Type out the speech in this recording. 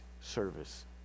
service